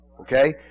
Okay